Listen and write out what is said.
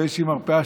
באיזושהי מרפאה,